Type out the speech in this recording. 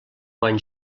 quan